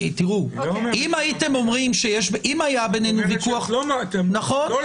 אם היה בינינו ויכוח ------ אתם לא להגביל.